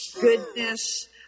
goodness